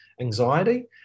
anxiety